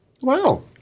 Wow